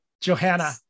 johanna